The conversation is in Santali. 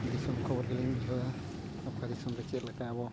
ᱫᱤᱥᱚᱢ ᱠᱷᱚᱵᱚᱨ ᱜᱮᱞᱤᱧ ᱵᱩᱡᱷᱟᱹᱣᱟ ᱚᱠᱟ ᱫᱤᱥᱚᱢ ᱨᱮ ᱪᱮᱫ ᱞᱮᱠᱟ ᱟᱵᱚ